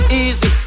easy